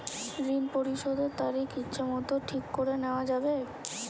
ঋণ পরিশোধের তারিখ ইচ্ছামত ঠিক করে নেওয়া যাবে?